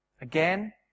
again